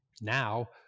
now